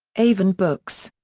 avon books.